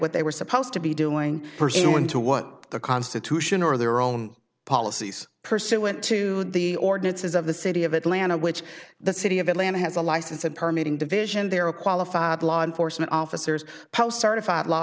what they were supposed to be doing pursuant to what the constitution or their own policies pursuant to the ordinances of the city of atlanta which the city of atlanta has a license and permeating division there are qualified law enforcement officers post certified law